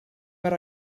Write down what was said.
per